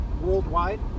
worldwide